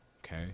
okay